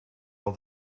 all